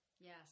yes